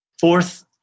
fourth